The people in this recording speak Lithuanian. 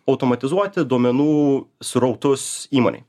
automatizuoti duomenų srautus įmonėj